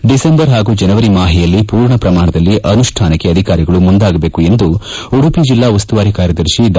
December ಹಾಗೂ ಜನವರಿ ಮಾಹೆಯಲ್ಲಿ ಪೂರ್ಣ ಪ್ರಮಾಣದಲ್ಲಿ ಅನುಷ್ಠಾನಕ್ಕೆ ಅಧಿಕಾರಿಗಳು ಮುಂದಾಗಬೇಕು ಎಂದು ಉಡುಪಿ ಜಿಲ್ಲಾ ಉಸ್ತುವಾರಿ ಕಾರ್ಯದರ್ಶಿ ಡಾ